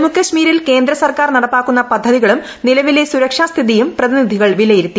ജമ്മു കശ്മീരിൽ കേന്ദ്ര സർക്കാർ നടപ്പാക്കുന്ന പദ്ധതികളും നിലവിലെ സുരക്ഷാസ്ഥിതിയും പ്രതിനിധികൾ വലയിരുത്തി